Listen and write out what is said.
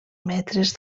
metres